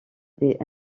des